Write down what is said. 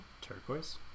Turquoise